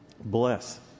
bless